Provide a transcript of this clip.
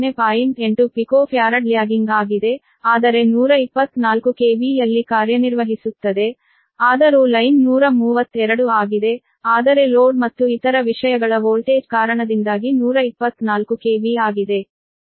8 pf lagging ಆಗಿದೆ ಆದರೆ 124 KV ಯಲ್ಲಿ ಕಾರ್ಯನಿರ್ವಹಿಸುತ್ತದೆ ಆದರೂ ಲೈನ್ 132 ಆಗಿದೆ ಆದರೆ ಲೋಡ್ ಮತ್ತು ಇತರ ವಿಷಯಗಳ ವೋಲ್ಟೇಜ್ ಕಾರಣದಿಂದಾಗಿ 124 KV ಆಗಿದೆ